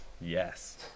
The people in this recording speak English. Yes